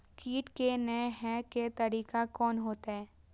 कीट के ने हे के तरीका कोन होते?